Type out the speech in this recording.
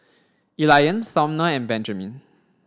Elian Sumner and Benjamin